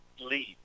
leave